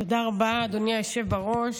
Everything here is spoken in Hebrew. תודה רבה, אדוני היושב בראש.